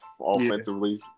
offensively